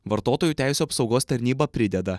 vartotojų teisių apsaugos tarnyba prideda